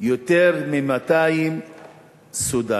יותר מ-200 סודנים,